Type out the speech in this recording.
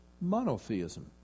monotheism